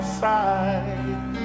side